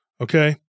Okay